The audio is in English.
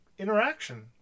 Interaction